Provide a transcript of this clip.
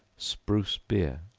spruce beer.